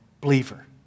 believer